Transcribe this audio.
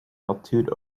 altitude